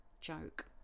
joke